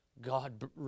God